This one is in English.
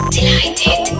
Delighted